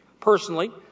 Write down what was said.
Personally